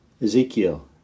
Ezekiel